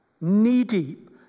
knee-deep